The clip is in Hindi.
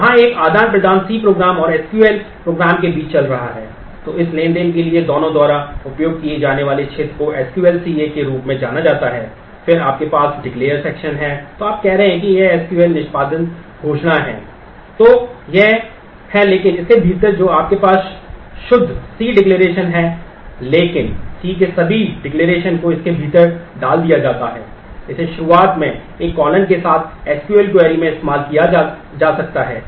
तो वहाँ एक आदान प्रदान C Program और एसक्यूएल क्वेरी में इस्तेमाल किया जा सकता है